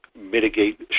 mitigate